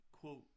quote